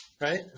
right